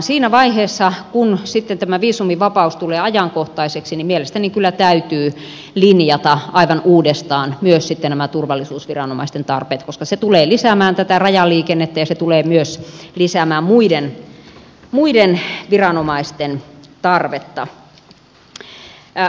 siinä vaiheessa kun tämä viisumivapaus tulee ajankohtaiseksi mielestäni kyllä täytyy linjata aivan uudestaan myös nämä turvallisuusviranomaisten tarpeet koska se tulee lisäämään rajaliikennettä ja se tulee myös lisäämään muiden viranomaisten tarvetta